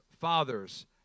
father's